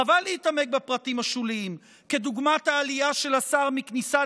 חבל להתעמק בפרטים השוליים דוגמת העלייה של השר מכניסה